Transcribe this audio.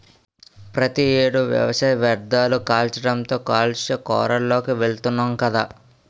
ప్రతి ఏడు వ్యవసాయ వ్యర్ధాలు కాల్చడంతో కాలుష్య కోరల్లోకి వెలుతున్నాం గదా